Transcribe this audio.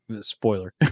Spoiler